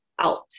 out